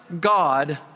God